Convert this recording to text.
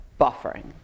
buffering